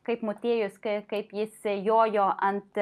kaip motiejus kai kaip jis jojo ant